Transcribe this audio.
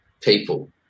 people